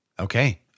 Okay